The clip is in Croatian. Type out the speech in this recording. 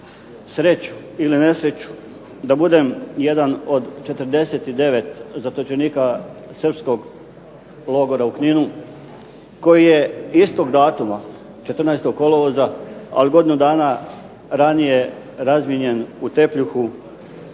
sreću ili nesreću da budem jedan od 49 zatočenika srpskog logora u Kninu koji je istog datuma 14. kolovoza ali godinu dana ranije razmijenjen u Tepljuhu